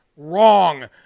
Wrong